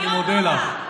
אני מודה לך.